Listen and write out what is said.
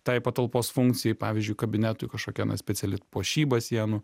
tai patalpos funkcijai pavyzdžiui kabinetui kažkokia na speciali puošyba sienų